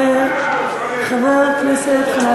וחבר הכנסת חנא